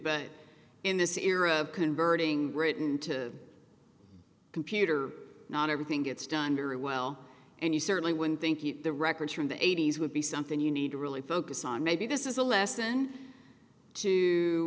but in this era converting written to a computer not everything gets done very well and you certainly wouldn't think eat the records from the eighty's would be something you need to really focus on maybe this is a lesson to